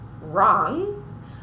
wrong